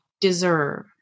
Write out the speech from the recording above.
deserve